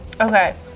Okay